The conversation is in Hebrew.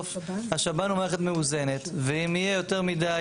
בסוף השב"ן הוא מערכת מאוזנת ואם יהיה יותר מדי